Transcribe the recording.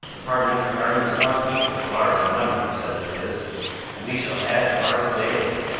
the parliamentary army is not equal to ours in numbers, as it is and we shall add to ours dayly.